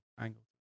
angle